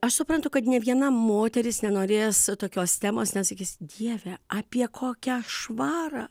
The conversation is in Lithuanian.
aš suprantu kad nė viena moteris nenorės tokios temos nes sakys dieve apie kokią švarą